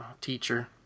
teacher